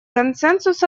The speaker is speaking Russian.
консенсус